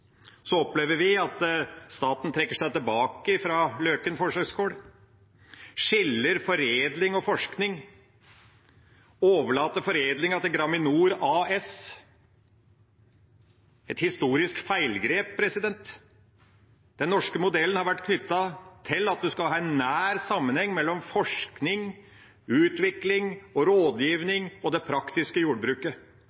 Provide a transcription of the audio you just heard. Så opplever vi at staten trekker seg tilbake fra Løken forsøksgård, skiller foredling og forskning og overlater foredlingen til Graminor AS. Det er et historisk feilgrep. Den norske modellen har vært knyttet til at man skal ha en nær sammenheng mellom forskning, utvikling, rådgivning og